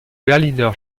berliner